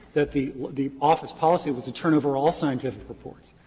that the the office policy was to turn over all scientific reports.